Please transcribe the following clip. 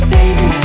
Baby